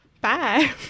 bye